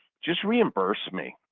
just reimburse me.